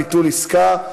ביטול עסקה.